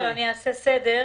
אבל אעשה סדר.